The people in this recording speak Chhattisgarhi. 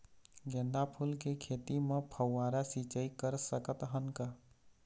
गेंदा फूल के खेती म फव्वारा सिचाई कर सकत हन का?